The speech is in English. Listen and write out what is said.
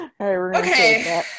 Okay